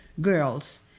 girls